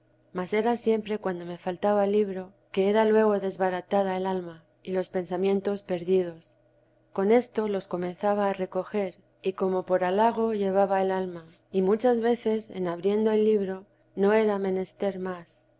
era siempre cuando me faltaba libro que era luego desbaratada el alma y los pensamientos perdidos con esto los comenzaba a recoger y como por halago llevaba el alma y teresa di muchas veces en abriendo el libro no era menester m